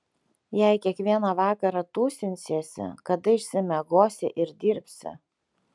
jei kiekvieną vakarą tūsinsiesi kada išsimiegosi ir dirbsi